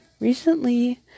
Recently